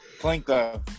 Plinko